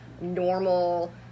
normal